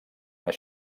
anar